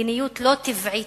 מדיניות לא טבעית,